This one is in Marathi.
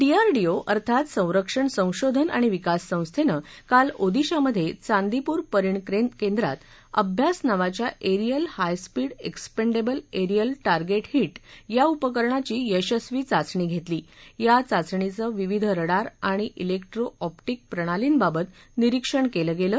डीआरडीओ अर्थात संरक्षण संशोधन आणि विकास संस्थेनं काल ओदिशामधे चांदीपूर परीक्षण केंद्रात अभ्यास नावाच्या aerial high speed expendable aerial target HEAT या उपकरणाची यशस्वी चाचणी घेतली या चाचणीचं विविध रडार आणि जिक्ट्रो ऑप्टिक प्रणार्लीमार्फत निरीक्षण केलं गेलं